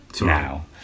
now